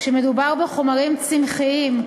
כשמדובר בחומרים צמחיים,